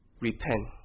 repent